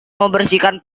membersihkan